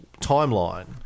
timeline